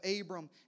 Abram